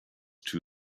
too